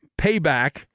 payback